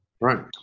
Right